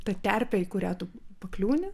ta terpė į kurią tu pakliūni